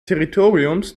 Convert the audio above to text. territoriums